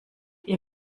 ihr